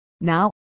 Now